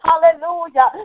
Hallelujah